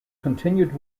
continued